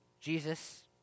Jesus